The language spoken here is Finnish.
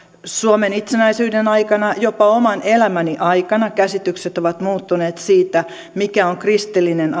suomen itsenäisyyden aikana jopa oman elämäni aikana käsitykset ovat muuttuneet siitä mikä on kristillinen